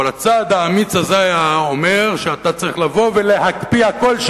אבל הצעד האמיץ הזה אומר שאתה צריך לבוא ולהקפיא הכול,